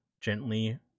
gently